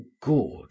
good